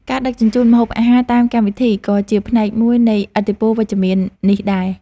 ការដឹកជញ្ជូនម្ហូបអាហារតាមកម្មវិធី ក៏ជាផ្នែកមួយនៃឥទ្ធិពលវិជ្ជមាននេះដែរ។